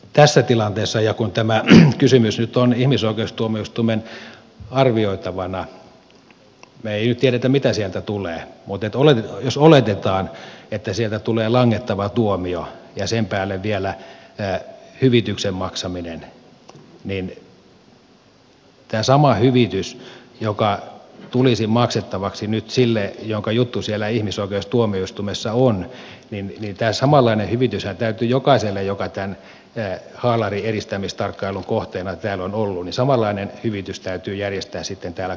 tässä tilanteessa kun tämä kysymys nyt on ihmisoikeustuomioistuimen arvioitavana me emme nyt tiedä mitä sieltä tulee mutta jos oletetaan että sieltä tulee langettava tuomio ja sen päälle vielä hyvityksen maksaminen niin tämä samanlainen hyvitys joka tulisi maksettavaksi nyt sille jonka juttu siellä ihmisoikeustuomioistuimessa on täytyy jokaiselle joka tämän haalarieristämistarkkailun kohteena täällä on ollut järjestää sitten täällä kansallisella tasolla